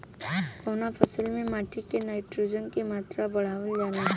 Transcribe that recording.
कवना फसल से माटी में नाइट्रोजन के मात्रा बढ़ावल जाला?